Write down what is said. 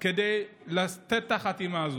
כדי לתת את החתימה הזאת.